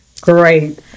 great